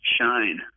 shine